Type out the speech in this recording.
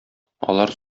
алар